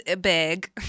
big